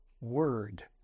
Word